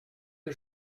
que